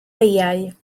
beiau